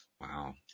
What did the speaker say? Wow